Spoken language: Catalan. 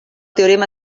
teorema